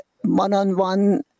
one-on-one